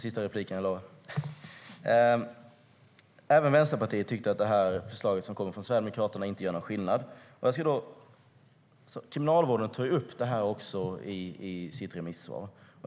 Herr talman! Det här är min sista replik, jag lovar. Även Vänsterpartiet tycker att förslaget från Sverigedemokraterna inte gör någon skillnad. Men Kriminalvården tar upp även detta i sitt remissvar.